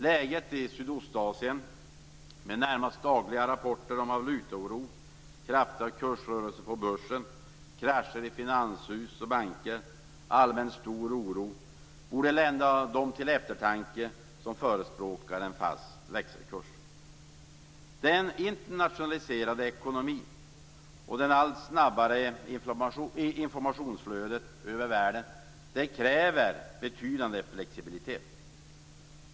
Läget i Sydostasien, med närmast dagliga rapporter om valutaoro, kraftiga kursrörelser på börsen, krascher i finanshus och banker och allmän stor oro, borde lända dem till eftertanke som förespråkar en fast växelkurs. Den internationaliserade ekonomin och det allt snabbare informationsflödet över världen kräver betydande flexibilitet.